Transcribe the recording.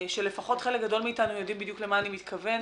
שלפחות חלק גדול מאתנו יודעים בדיוק למה אני מתכוונת,